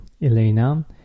Elena